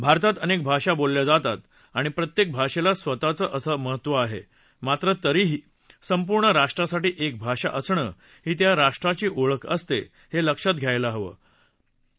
भारतात अनेक भाषा बोलल्या जातात आणि प्रत्येक भाषेला स्वतःचं असं महत्त्वं आहे मात्र तरीही संपूर्ण राष्ट्रासाठी एक भाषा असणं ही त्या राष्ट्राची ओळख असते हे लक्षात घ्यायला हवं असं त्यांनी सांगितलं